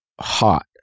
hot